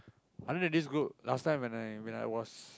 other than this group last time when I when I was